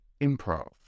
improv